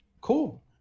Cool